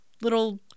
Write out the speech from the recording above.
little